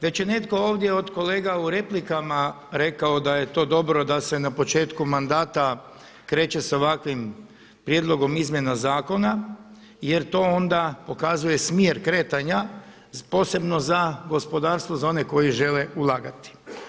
Već je netko ovdje od kolega u replikama rekao da je to dobro da se na početku mandata kreće sa ovakvim prijedlogom izmjena zakona jer to onda pokazuje smjer kretanja posebno za gospodarstvo, za one koji žele ulagati.